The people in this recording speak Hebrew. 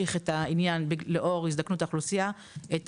הוא שלאור הזדקנות האוכלוסיה אנחנו רוצים